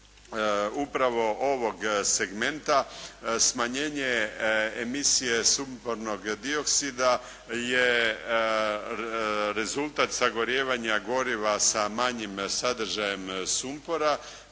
upravo ovog segmenta smanjenje emisije sumpornog dioksida je rezultat sagorijevanja goriva sa manjim sadržajem sumpora.